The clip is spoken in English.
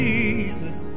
Jesus